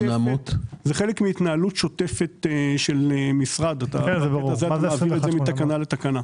מהתנהלות שוטפת של משרד, שמעבירים מתקנה לתקנה.